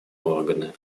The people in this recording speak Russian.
органы